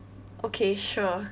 okay sure